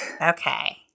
Okay